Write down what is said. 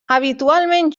habitualment